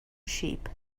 sheep